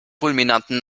fulminanten